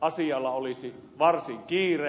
asialla olisi varsin kiire